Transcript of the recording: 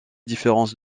différence